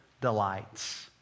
delights